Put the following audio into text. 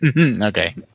okay